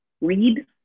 read